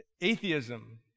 Atheism